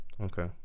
okay